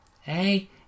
Hey